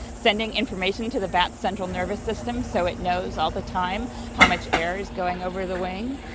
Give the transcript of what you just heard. sending information to the bat's central nervous system so it knows all the time how much air is going over the wing.